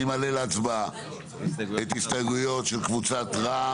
אני מעלה להצבעה את הסתייגויות של קבוצת "רע"מ".